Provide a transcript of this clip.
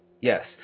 yes